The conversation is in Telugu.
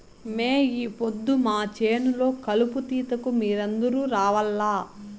మే ఈ పొద్దు మా చేను లో కలుపు తీతకు మీరందరూ రావాల్లా